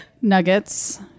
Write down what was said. Nuggets